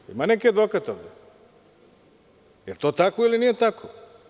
Da li ima neki advokat ovde, jel to tako ili nije tako?